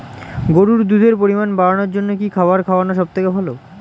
গরুর দুধের পরিমাণ বাড়ানোর জন্য কি খাবার খাওয়ানো সবথেকে ভালো?